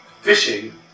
fishing